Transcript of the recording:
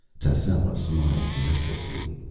tascela smiled mirthlessly.